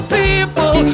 people